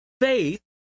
faith